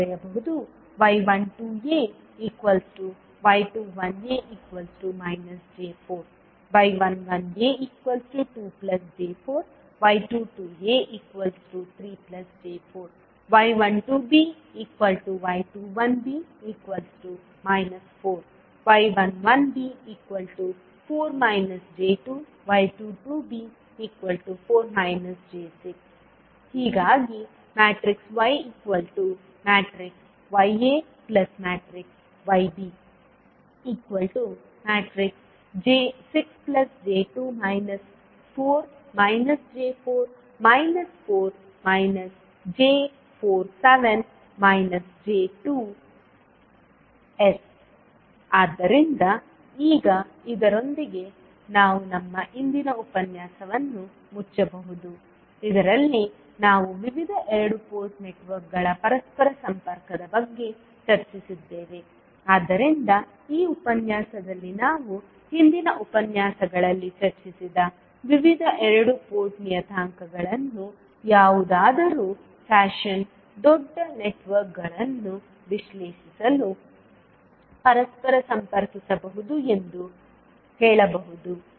ನಾವು ಬರೆಯಬಹುದು y12ay21a j4y11a2j4y22a3j4 y12by21b 4y11b4 j2y22b4 j6 ಹೀಗಾಗಿ yyayb6j2 4 j4 4 j4 7 j2 S ಆದ್ದರಿಂದ ಈಗ ಇದರೊಂದಿಗೆ ನಾವು ನಮ್ಮ ಇಂದಿನ ಉಪನ್ಯಾಸವನ್ನು ಮುಚ್ಚಬಹುದು ಇದರಲ್ಲಿ ನಾವು ವಿವಿಧ ಎರಡು ಪೋರ್ಟ್ ನೆಟ್ವರ್ಕ್ಗಳ ಪರಸ್ಪರ ಸಂಪರ್ಕದ ಬಗ್ಗೆ ಚರ್ಚಿಸಿದ್ದೇವೆ ಆದ್ದರಿಂದ ಈ ಉಪನ್ಯಾಸದಲ್ಲಿ ನಾವು ಹಿಂದಿನ ಉಪನ್ಯಾಸಗಳಲ್ಲಿ ಚರ್ಚಿಸಿದ ವಿವಿಧ ಎರಡು ಪೋರ್ಟ್ ನಿಯತಾಂಕಗಳನ್ನು ಯಾವುದಾದರೂ ಫ್ಯಾಷನ್ ದೊಡ್ಡ ನೆಟ್ವರ್ಕ್ಗಳನ್ನು ವಿಶ್ಲೇಷಿಸಲು ಪರಸ್ಪರ ಸಂಪರ್ಕಿಸಬಹುದು ಎಂದು ಹೇಳಬಹುದು